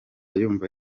yumva